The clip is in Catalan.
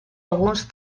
alguns